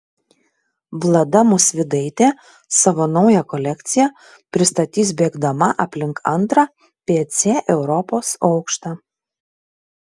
vlada musvydaitė savo naują kolekciją pristatys bėgdama aplink antrą pc europos aukštą